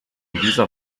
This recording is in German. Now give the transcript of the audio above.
dieser